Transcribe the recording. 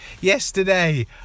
yesterday